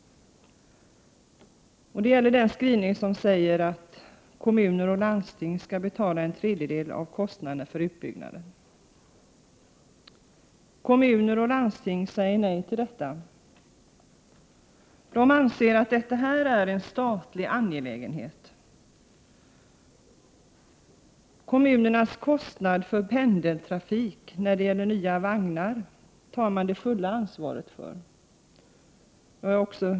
Det gäller att kommuner och landsting skall betala en tredjedel av kostnaderna för utbyggnaden. Kommuner och landsting säger nej till detta. De anser att detta är en statlig angelägenhet. Man tar det fulla ansvaret för kommunernas kostnader för nya vagnar till pendeltrafik.